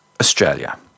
Australia